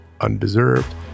undeserved